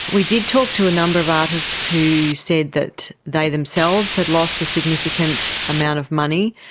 we did talk to a number of artists who said that they themselves had lost a significant amount of money.